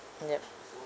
yup